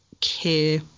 care